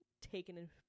taken